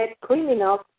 criminals